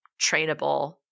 trainable